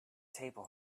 table